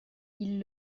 ils